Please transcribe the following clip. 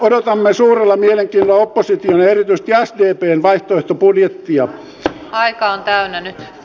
odotamme suurella mielenkiinnolla opposition ja aika on toinen